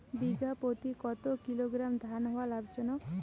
বিঘা প্রতি কতো কিলোগ্রাম ধান হওয়া লাভজনক?